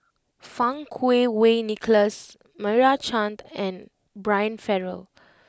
Fang Kuo Wei Nicholas Meira Chand and Brian Farrell